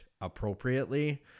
appropriately